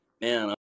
man